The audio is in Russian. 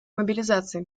мобилизации